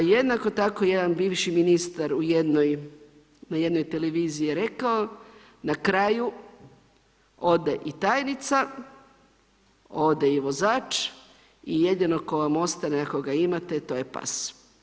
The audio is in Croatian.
Jednako tako jedan bivši ministar na jednoj televiziji je rekao na kraju ode i tajnica, ode i vozač i jedino tko vam ostane ako ga imate, to je pas.